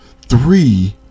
Three